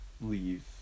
leave